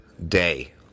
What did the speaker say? day